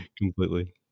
completely